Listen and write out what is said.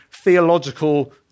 theological